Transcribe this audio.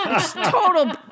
total